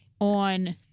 On